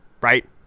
right